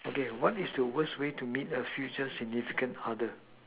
okay what is the worst way to meet a future significant other